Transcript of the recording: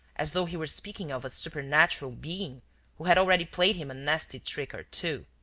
as though he were speaking of a supernatural being who had already played him a nasty trick or two.